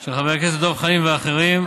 של חבר הכנסת דב חנין ואחרים.